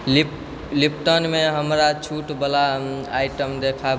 लिप्टनमे हमरा छूटवला आइटम देखाउ